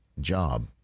job